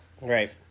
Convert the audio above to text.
Right